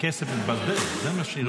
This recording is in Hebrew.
שהכסף מתבזבז, זה מה שהיא רוצה להגיד.